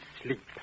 sleep